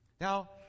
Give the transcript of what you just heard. Now